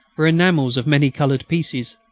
were enamels of many-coloured pieces.